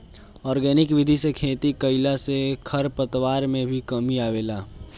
organic विधि से खेती कईला से खरपतवार में भी कमी आवेला